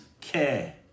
care